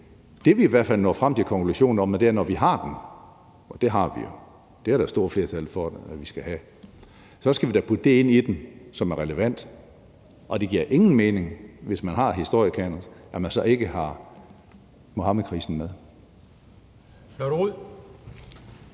Det, vi i hvert fald når frem til en konklusion om, er, at når vi har dem, og det har vi jo – det er der et stort flertal for at vi skal have – skal vi da putte det ind i dem, som er relevant. Og det giver ingen mening, hvis man har en historiekanon, at man så ikke har Muhammedkrisen med.